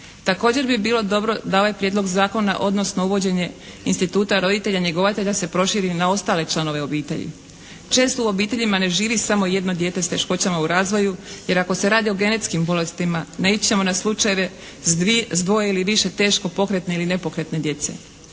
Također bi bilo dobro da ovaj prijedlog zakona odnosno uvođenje instituta roditelja njegovatelja se proširi na ostale članove obitelji. Često u obiteljima ne živi samo jedno dijete se teškoćama u razvoju jer ako se radi o genetskim bolestima naići ćemo na slučajeve s dvoje ili više teško pokretne ili nepokretne djece.